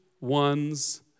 one's